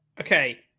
Okay